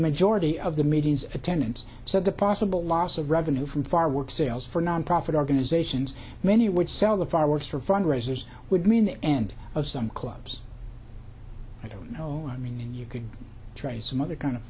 majority of the meetings attendance so the possible loss of revenue from far work sales for nonprofit organizations many would sell the fireworks for fundraisers would mean the end of some clubs i don't know i mean you could try some other kind of